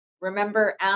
Remember